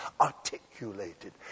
articulated